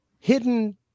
Hidden